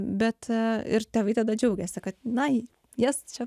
bet ir tėvai tada džiaugiasi kad na jas čia